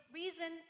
reason